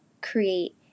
create